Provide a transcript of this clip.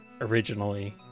originally